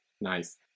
Nice